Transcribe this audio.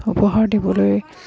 উপহাৰ দিবলৈ